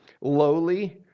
lowly